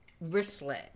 wristlet